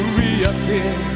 reappear